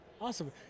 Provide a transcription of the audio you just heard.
Awesome